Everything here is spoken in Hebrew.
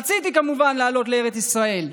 רציתי כמובן לעלות לארץ ישראל,